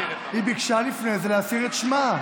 סליחה, היא ביקשה לפני זה להסיר את שמה.